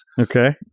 okay